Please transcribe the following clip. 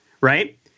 Right